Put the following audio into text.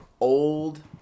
old